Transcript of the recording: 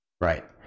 Right